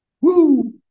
Woo